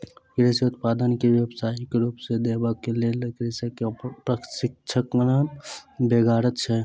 कृषि उत्पाद के व्यवसायिक रूप देबाक लेल कृषक के प्रशिक्षणक बेगरता छै